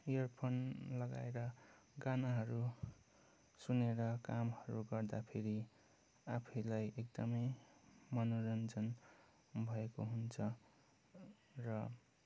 earphone लगाएर गानाहरू सुनेर कामहरू गर्दाखेरि आफैलाई एकदमै मनोरञ्जन भएको हुन्छ